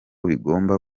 bigomba